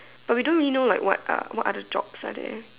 but we don't really know what oth~ what other jobs are there